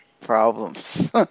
problems